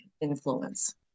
influence